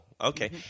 okay